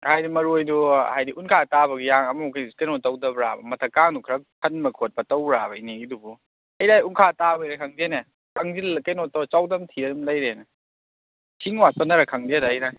ꯍꯥꯏꯗꯤ ꯃꯔꯣꯏꯗꯨ ꯍꯥꯏꯗꯤ ꯎꯟꯈꯥ ꯇꯥꯕꯒꯤ ꯌꯥꯝꯅ ꯑꯃꯨꯛ ꯀꯩꯅꯣ ꯇꯧꯗꯕ꯭ꯔꯕ ꯃꯊꯛꯀꯥꯗꯨ ꯈꯔ ꯈꯟꯕ ꯈꯣꯠꯄ ꯇꯧꯕ꯭ꯔꯕ ꯏꯅꯦꯒꯤꯗꯨꯕꯨ ꯑꯩꯒꯤꯗꯣ ꯎꯟꯈꯥ ꯇꯥꯕꯩꯔ ꯈꯪꯗꯦꯅꯦ ꯀꯪꯖꯤꯜꯂ ꯀꯩꯅꯣ ꯇꯧꯔꯒ ꯆꯥꯎꯗꯝ ꯊꯤꯔ ꯑꯗꯨꯝ ꯂꯩꯔꯦꯅꯦ ꯏꯁꯤꯡ ꯋꯥꯠꯄꯅꯔ ꯈꯪꯗꯦꯗ ꯑꯩꯒꯤꯅ